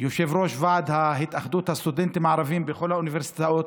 יושב-ראש ועד התאחדות הסטודנטים הערבים בכל האוניברסיטאות,